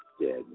dead